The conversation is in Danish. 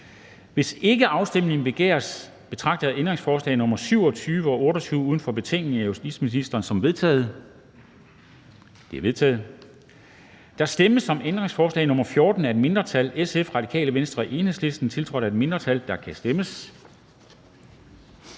Hvis ikke afstemning begæres, betragter jeg ændringsforslag nr. 27 og 28 uden for betænkningen af justitsministeren som vedtaget. De er vedtaget. Der stemmes om ændringsforslag nr. 14 af et mindretal (SF, RV og EL), tiltrådt af et mindretal (FG, IA,